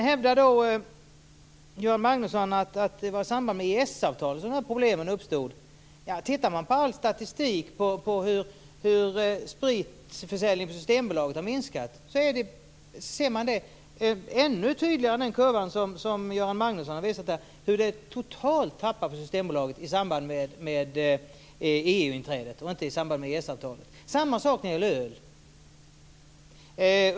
Göran Magnusson hävdar att det var i samband med EES-avtalet som problemen uppstod. Tittar man på all statistik över hur spritförsäljningen på Systembolaget har minskat ser man ännu tydligare den kurva som Göran Magnusson har visat här, hur Systembolaget tappade totalt i samband med EU-inträdet och inte i samband med EES-avtalet. Det är samma sak när det gäller öl.